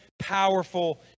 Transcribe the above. powerful